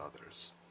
others